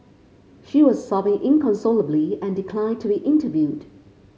she was sobbing inconsolably and declined to be interviewed